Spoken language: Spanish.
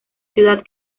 ciudad